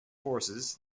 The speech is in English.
forces